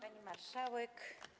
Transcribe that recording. Pani Marszałek!